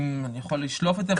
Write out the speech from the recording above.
זה כדאי לשאול את משרד החוץ.